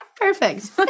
Perfect